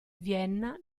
vienna